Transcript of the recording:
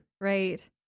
Right